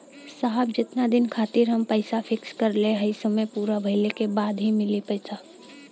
साहब जेतना दिन खातिर हम पैसा फिक्स करले हई समय पूरा भइले के बाद ही मिली पैसा?